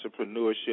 entrepreneurship